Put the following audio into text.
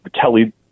Kelly